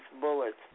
bullets